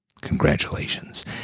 Congratulations